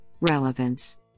relevance